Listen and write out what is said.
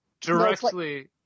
directly